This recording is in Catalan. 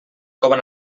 coven